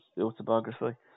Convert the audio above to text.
autobiography